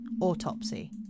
autopsy